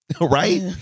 Right